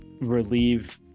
relieve